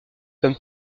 comme